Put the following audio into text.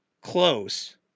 close